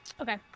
Okay